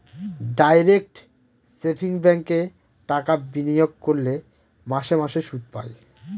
direct savings ব্যাঙ্কে টাকা বিনিয়োগ করলে মাসে মাসে সুদ পায়